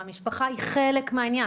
והמשפחה היא חלק מהעניין.